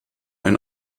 ein